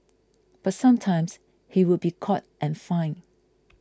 but sometimes he would be caught and fined